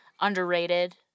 underrated